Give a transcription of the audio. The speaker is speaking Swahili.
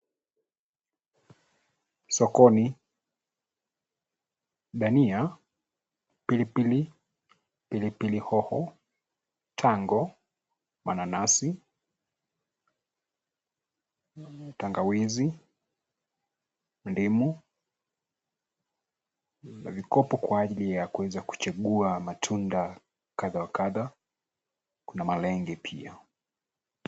Sokoni, dania, pilipili, pilipili hoho, chango, mananasi, tangawizi, ndimu na vikopo kwa ajili ya kuweza kuchagua matunda kadha wa kadha. Kuna malenge pia.